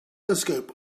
telescope